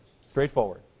straightforward